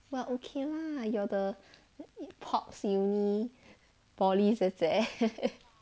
well okay lah you are the pops uni poly 姐姐